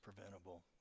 preventable